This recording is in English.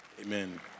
Amen